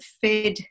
fed